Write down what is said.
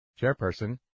Chairperson